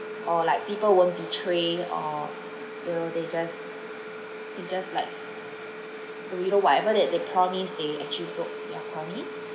or like people won't betray or they will they just they just like you know whatever that they promise they actually broke their promise